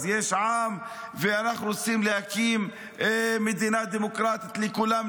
אז יש עם ואנחנו רוצים להקים מדינה דמוקרטית לכולם,